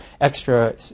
extra